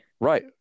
Right